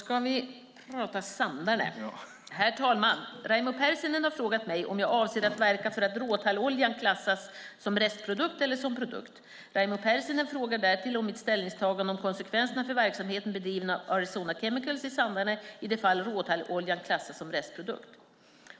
Herr talman! Raimo Pärssinen har frågat mig om jag avser att verka för att råtalloljan klassas som restprodukt eller som produkt. Raimo Pärssinen frågar därtill om mitt ställningstagande om konsekvenserna för verksamheten bedriven av Arizona Chemicals i Sandarne i det fall råtalloljan klassas som restprodukt.